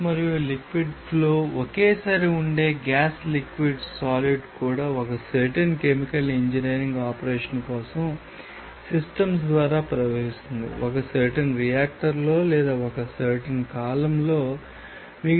ఇప్పుడు మాడ్యూల్ 5 ను ఇక్కడ ప్రారంభిస్తాము ఇక్కడ మేము basic principles in multi phase system మరియు ఇంజనీరింగ్ క్యాలిక్యూ లేషన్ కోసం ఈమల్టీ ఫేజ్ సిస్టమ్స్ అండ్ ఆప్లికేషన్స్ చర్చిస్తాము